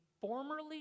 formerly